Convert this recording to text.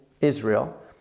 Israel